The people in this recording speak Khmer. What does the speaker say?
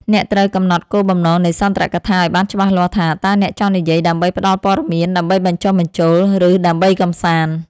អ្នកត្រូវកំណត់គោលបំណងនៃសន្ទរកថាឱ្យបានច្បាស់លាស់ថា តើអ្នកចង់និយាយដើម្បីផ្ដល់ព័ត៌មាន ដើម្បីបញ្ចុះបញ្ចូល ឬដើម្បីកម្សាន្ត។